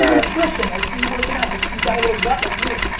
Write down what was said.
on nutrition? i see you work it out but you got a little gut like me.